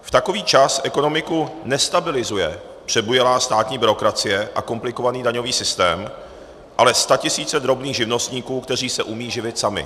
V takový čas ekonomiku nestabilizuje přebujelá státní byrokracie a komplikovaný daňový systém, ale statisíce drobných živnostníků, kteří se umí živit sami.